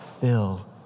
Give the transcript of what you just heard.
fill